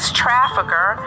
trafficker